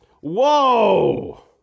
Whoa